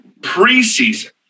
Preseason